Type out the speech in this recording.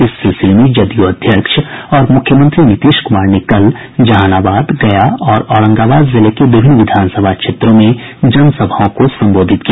इस सिलसिले में जदयू अध्यक्ष और मुख्यमंत्री नीतीश कुमार ने कल जहानाबाद गया और औरंगाबाद जिले के विभिन्न विधानसभा क्षेत्रों में जनसभाओं को संबोधित किया